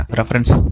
reference